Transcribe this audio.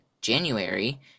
January